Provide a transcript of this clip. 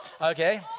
okay